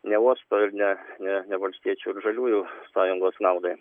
ne uosto ir ne valstiečių žaliųjų sąjungos naudai